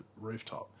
rooftop